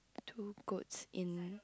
two goats in